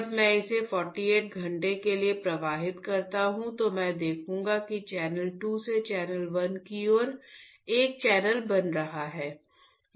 जब मैं इसे 48 घंटों के लिए प्रवाहित करता हूं तो मैं देखूंगा कि चैनल 2 से चैनल 1 की ओर एक चैनल बन रहा है